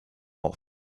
off